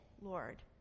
Lord